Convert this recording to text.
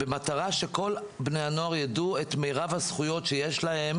במטרה שכל בני הנוער יידעו את מרב הזכויות שיש להם